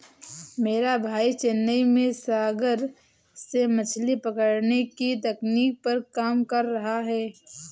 मेरा भाई चेन्नई में सागर से मछली पकड़ने की तकनीक पर काम कर रहा है